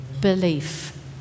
belief